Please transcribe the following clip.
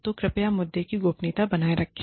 तो कृपया मुद्दे की गोपनीयता बनाए रखें